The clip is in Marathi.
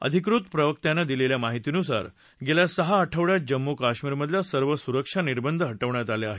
अधिकृत प्रवक्त्यांने दिलेल्या माहितीनुसार गेल्या सहा आठवड्यात जम्मू कश्मिरमधल्या सर्व सुरक्षा निर्बंध ह बेण्यात आले आहेत